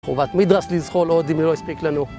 חורבת מדרס לזחול עוד, אם היא לא הספיק לנו